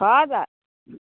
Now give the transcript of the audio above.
हजुर